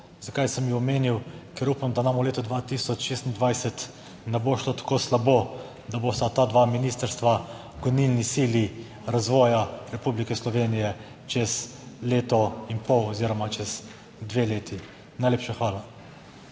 Zakaj sem jo omenil? Ker upam, da nam v letu 2026 ne bo šlo tako slabo, da bosta ta dva ministrstva gonilni sili razvoja Republike Slovenije čez leto in pol oziroma čez dve leti. Najlepša hvala.